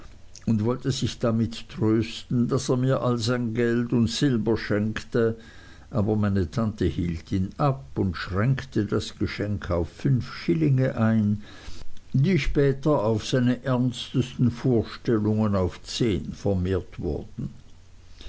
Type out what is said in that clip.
und wollte sich damit trösten daß er mir all sein gold und silber schenkte aber meine tante hielt ihn ab und schränkte das geschenk auf fünf schillinge ein die später auf seine ernstesten vorstellungen auf zehn vermehrt wurden